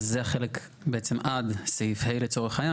אז זה החלק בעצם עד סעיף (ה) לצורך העניין.